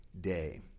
day